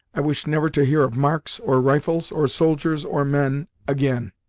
i wish never to hear of marks, or rifles, or soldiers, or men, again!